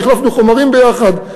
החלפנו חומרים ביחד.